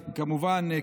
כמובן,